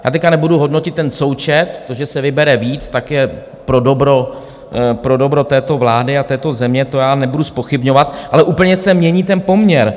Já teď nebudu hodnotit ten součet to, že se vybere víc, je pro dobro této vlády a této země, to já nebudu zpochybňovat, ale úplně se mění ten poměr.